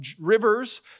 Rivers